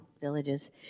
villages